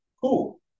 cool